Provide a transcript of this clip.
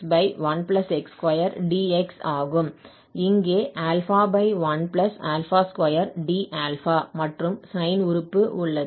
இங்கே 12d∝ மற்றும் சைன் உறுப்பு உள்ளது